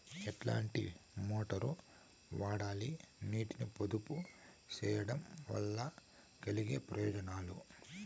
ఎట్లాంటి మోటారు వాడాలి, నీటిని పొదుపు సేయడం వల్ల కలిగే ప్రయోజనాలు?